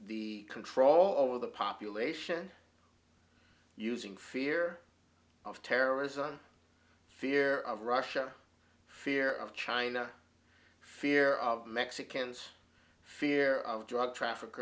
the control of the population using fear of terrorism fear of russia fear of china fear of mexican's fear of drug